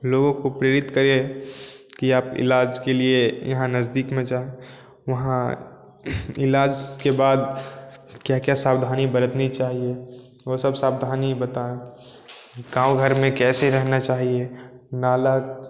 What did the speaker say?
लोगों को प्रेरित करें कि आप इलाज के लिए यहाँ नज़दीक में जाओ वहाँ इलाज के बाद क्या क्या सावधानी बरतनी चाहिए वह सब सावधानी बताएँ गाँव घर में कैसे रहना चाहिए नाला